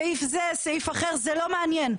סעיף זה, סעיף אחר, זה לא מעניין.